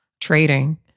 trading